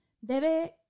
debe